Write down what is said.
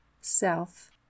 self